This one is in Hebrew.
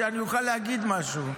כדי שאני אוכל להגיד משהו.